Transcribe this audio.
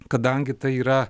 kadangi tai yra